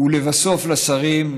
ולבסוף לשרים,